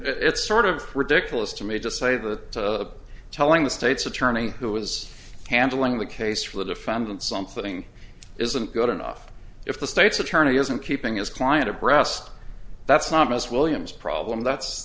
it's sort of ridiculous to me just say that telling the state's attorney who was handling the case for the defendant something isn't good enough if the state's attorney isn't keeping his client abreast that's not miss williams problem that's